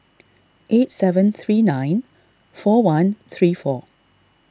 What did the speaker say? eight seven three nine four one three four